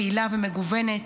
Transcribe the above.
פעילה ומגוונת,